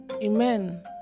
Amen